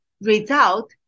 result